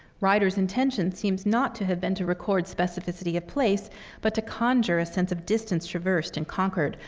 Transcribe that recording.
ryder's intention seems not to have been to record specificity of place but to conjure a sense of distance traversed and conquered,